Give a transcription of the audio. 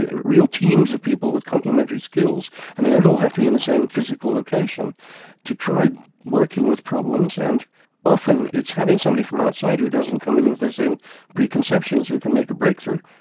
ah real teams of people complimentary skills and they don't all have to be in the same physical location to try working with problems. and often it's having somebody from outside who doesn't come in with the same preconceptions who can make a breakthrough,